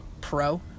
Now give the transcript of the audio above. pro